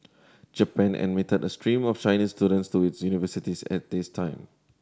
Japan admitted a stream of Chinese students to its universities at this time